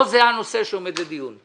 לא זה הנושא שעומד לדיון.